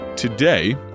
Today